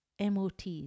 MOTs